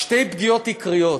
שתי פגיעות עיקריות: